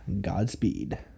godspeed